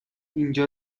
اینجا